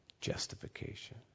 justification